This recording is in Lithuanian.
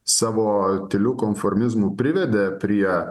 savo tyliu konformizmu privedė prie